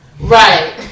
right